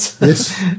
Yes